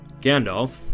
Gandalf